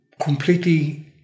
completely